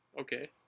okay